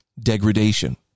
degradation